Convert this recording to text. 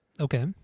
Okay